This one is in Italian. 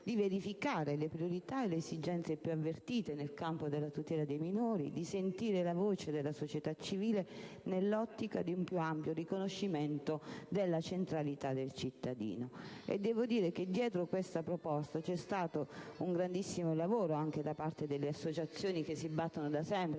di verificare «le priorità e le esigenze più avvertite nel campo della tutela dei minori», di «sentire la voce della società civile» nell'ottica di un più ampio riconoscimento della centralità del cittadino. Dietro questa proposta c'è stato un grandissimo lavoro anche da parte delle associazioni che si battono da sempre